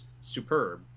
superb